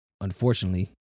Unfortunately